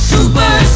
Super